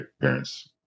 parents